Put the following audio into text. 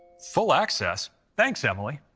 full access? thanks, emily.